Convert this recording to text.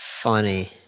funny